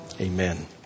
Amen